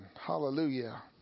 Hallelujah